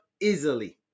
easily